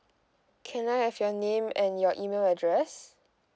can I have your name and your email address